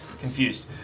Confused